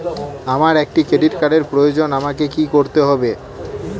আমার একটি ক্রেডিট কার্ডের প্রয়োজন আমাকে কি করতে হবে?